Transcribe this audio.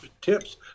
tips